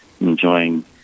enjoying